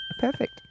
Perfect